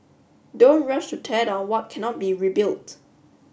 don't rush to tear down what cannot be rebuilt